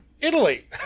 Italy